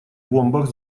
бомбах